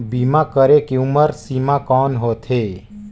बीमा करे के उम्र सीमा कौन होथे?